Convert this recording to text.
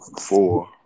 four